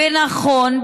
ונכון,